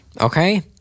Okay